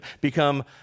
become